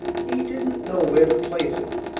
he didn't know where to place him.